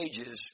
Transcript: ages